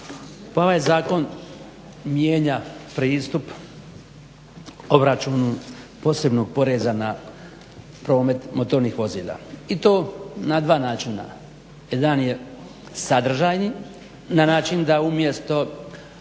Pa ovaj zakon mijenja pristup obračunu posebnog poreza na promet motornih vozila, i to na dva načina, jedan je sadržajni na način da umjesto